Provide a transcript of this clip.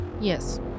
Yes